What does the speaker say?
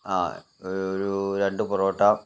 ആ ഒരു ഒരു രണ്ട് പൊറോട്ട